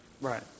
Right